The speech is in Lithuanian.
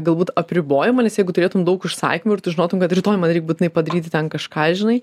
galbūt apribojimų nes jeigu turėtum daug užsakymų ir tu žinotum kad rytoj man reik būtinai padaryti ten kažką žinai